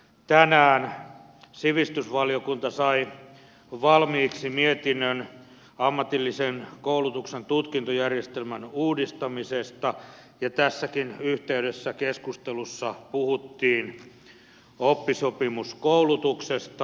tänään sivistysvaliokunta sai valmiiksi mietinnön ammatillisen koulutuksen tutkintojärjestelmän uudistamisesta ja tässäkin yhteydessä keskustelussa puhuttiin oppisopimuskoulutuksesta